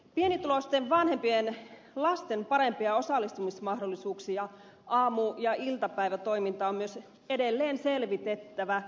pienituloisten vanhem pien lasten parempia osallistumismahdollisuuksia aamu ja iltapäivätoimintaan on myös edelleen selvitettävä